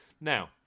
Now